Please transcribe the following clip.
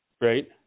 Right